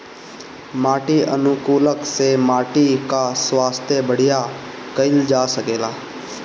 माटी अनुकूलक से माटी कअ स्वास्थ्य बढ़िया कइल जा सकेला